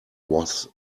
was